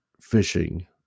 fishing